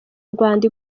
urwanda